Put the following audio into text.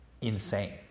insane